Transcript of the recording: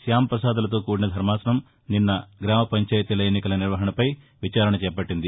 శ్యాం ప్రసాద్లతో కూడిన ధర్మాససం నిన్న గ్రామపంచాయతీల ఎన్నికల నిర్వహణపై విచారణ చేపట్టింది